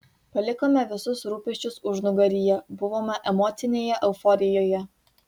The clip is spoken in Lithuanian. palikome visus rūpesčius užnugaryje buvome emocinėje euforijoje